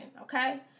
okay